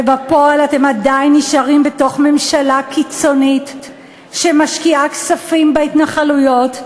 ובפועל אתם עדיין נשארים בתוך ממשלה קיצונית שמשקיעה כספים בהתנחלויות,